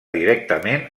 directament